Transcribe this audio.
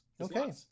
Okay